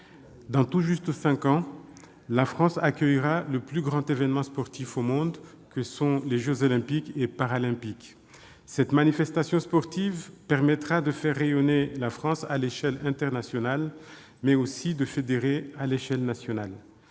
Dans tout juste cinq ans, la France accueillera le plus grand événement sportif au monde : les jeux Olympiques et Paralympiques. Cette manifestation sportive permettra de faire rayonner notre pays à l'échelle internationale, mais aussi de fédérer à l'échelon national.